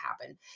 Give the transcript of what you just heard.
happen